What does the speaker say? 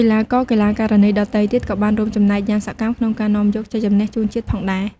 កីឡាករ-កីឡាការិនីដទៃទៀត ក៏បានរួមចំណែកយ៉ាងសកម្មក្នុងការនាំយកជ័យជម្នះជូនជាតិផងដែរ។